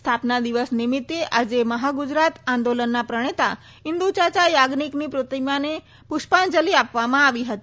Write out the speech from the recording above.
સ્થાપના દિવસ નિમિત્તે આજે મહાગુજરાત આંદોલનના પ્રજ્ઞેતા ઇન્દુચાચા યાજ્ઞિકની પ્રતિમાને પુષ્પાંજલિ આપવામાં આવી હતી